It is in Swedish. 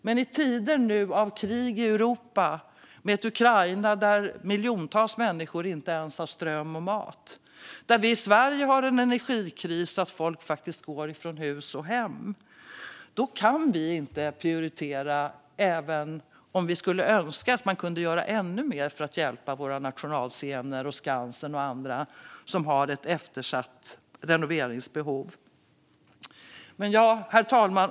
Men i tider av krig i Europa med ett Ukraina där miljontals människor inte ens har ström och mat och där vi i Sverige har en energikris som innebär att folk faktiskt får gå från hus och hem, då kan regeringen inte prioritera kulturen även om vi skulle önska att man kunde göra ännu mer för att hjälpa våra nationalscener, Skansen och andra som har ett eftersatt renoveringsbehov. Herr talman!